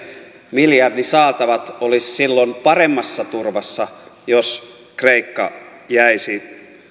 miljardisaatavamme olisivat silloin paremmassa turvassa jos kreikka jäisi